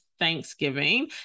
Thanksgiving